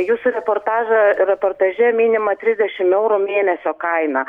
jūsų reportažą reportaže minima trisdešim eurų mėnesio kaina